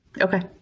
Okay